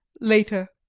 later.